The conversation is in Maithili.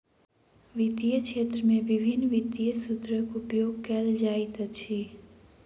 वित्तीय क्षेत्र में विभिन्न वित्तीय सूत्रक उपयोग कयल जाइत अछि